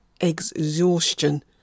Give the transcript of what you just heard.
exhaustion